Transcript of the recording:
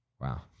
Wow